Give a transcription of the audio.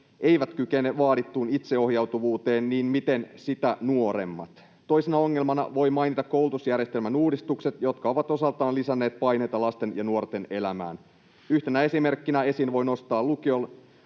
eivät kykene vaadittuun itseohjautuvuuteen, niin miten sitä nuoremmat? Toisena ongelmana voi mainita koulutusjärjestelmän uudistukset, jotka ovat osaltaan lisänneet paineita lasten ja nuorten elämään. Yhtenä esimerkkinä esiin voi nostaa lukiolaisia